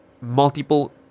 multiple